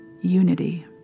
unity